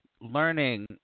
learning